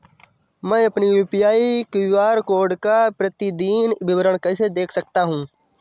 मैं अपनी UPI QR code का प्रतीदीन विवरण कैसे देख सकता हूँ?